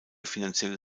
finanzielle